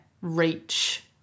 reach